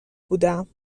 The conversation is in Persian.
بودم